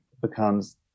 becomes